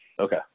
Okay